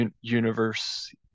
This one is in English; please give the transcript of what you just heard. universe